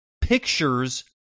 pictures